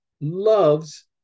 loves